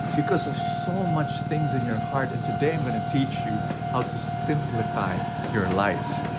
because of so much things in your heart. and today, i'm going to teach you how to simplify your life.